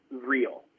real